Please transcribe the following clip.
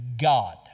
God